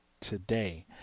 today